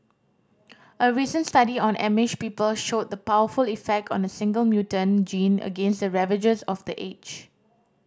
a recent study on Amish people showed the powerful effect on a single mutant gene against the ravages of the age